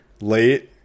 late